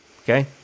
okay